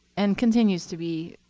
and continues to be,